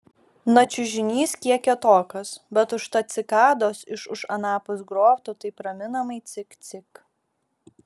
na čiužinys kiek kietokas bet užtat cikados iš už anapus grotų taip raminamai cik cik